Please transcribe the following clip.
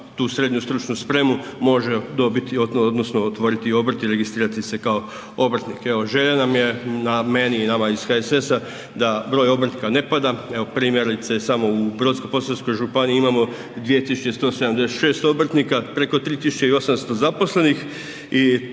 tu SSS može dobiti odnosno otvoriti obrt i registrirati se kao obrtnik. Evo, želja nam je, meni i nama iz HSS-a da broj obrtnika ne pada, evo, primjerice samo u Brodsko-posavskoj županiji imamo 2176 obrtnika, preko 3800 zaposlenih